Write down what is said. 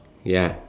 ya